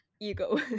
ego